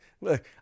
Look